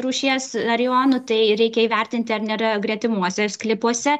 rūšies arijonų tai reikia įvertinti ar nėra gretimuose sklypuose